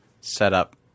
setup